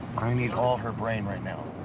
i need all her brain right now.